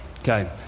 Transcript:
Okay